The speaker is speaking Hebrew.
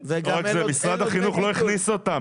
משרד החינוך לא הכניס אותם,